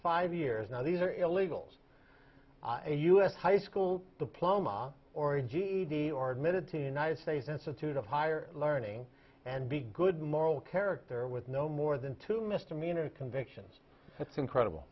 five years now these are illegals a us high school diploma or a ged or admitted to the united states institute of higher learning and be good moral character with no more than two misdemeanor convictions that's incredible